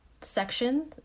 section